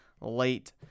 late